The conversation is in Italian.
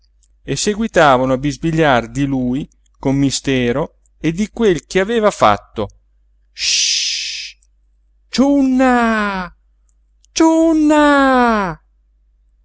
e seguitavano a bisbigliar di lui con mistero e di quel che aveva fatto ssss ciunna ciunna